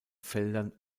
feldern